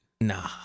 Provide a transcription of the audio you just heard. Nah